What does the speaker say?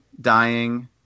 dying